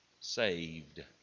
saved